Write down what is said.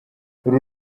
uru